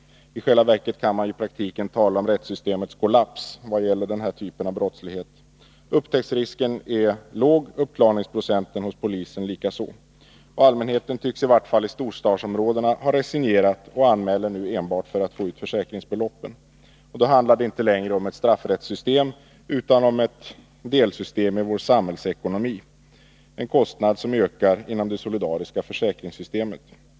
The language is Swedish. I själva verket kan man i praktiken tala om rättssystemets kollaps vad gäller denna typ av brottslighet. Upptäcktsrisken är mycket låg. Uppklaringsprocenten hos polisen likaså. Allmänheten tycks i vart fall i storstadsområdena ha resignerat och anmäler enbart för att få ut försäkringsbeloppen. Därmed handlar det icke längre om ett straffrättssystem utan om ett delsystem i vår samhällsekonomi, en kostnad som successivt ökar inom det solidariska försäkringssystemet.